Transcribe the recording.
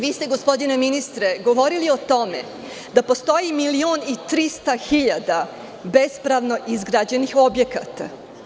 Vi ste, gospodine ministre, govorili o tome da postoji milion i 300 hiljada bespravno izgrađenih objekata.